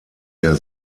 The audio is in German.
der